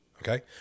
Okay